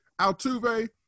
Altuve